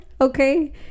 Okay